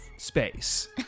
Space